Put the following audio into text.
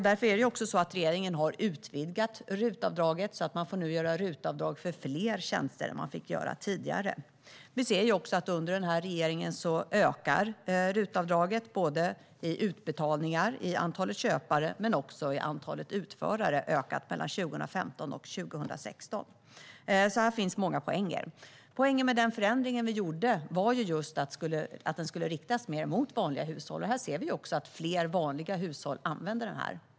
Därför har regeringen utvidgat RUT-avdraget så att man nu får göra RUT-avdrag för fler tjänster än tidigare. Vi ser att under vår regering har RUT-avdragen ökat mellan 2015 och 2016, såväl i utbetalningar och antal köpare som i antal utförare. Här finns många poänger. Poängen med den förändring vi gjorde var att RUT skulle riktas mer mot vanliga hushåll, och vi ser också att fler vanliga hushåll använder det.